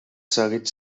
seguit